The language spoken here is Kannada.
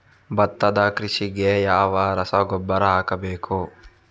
ಭತ್ತದ ಕೃಷಿಗೆ ಯಾವ ರಸಗೊಬ್ಬರ ಹಾಕಬೇಕು?